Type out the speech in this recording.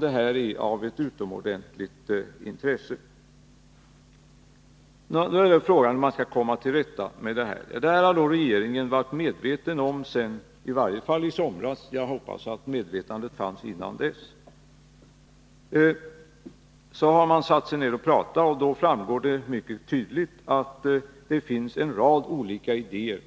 Frågan är hur man skall komma till rätta med dessa problem. Regeringen har varit medveten om denna situation i varje fall sedan i somras — jag hoppas att medvetandet fanns innan dess. Man har satt sig ner och pratat, och då har det mycket tydligt framgått att det finns en rad olika idéer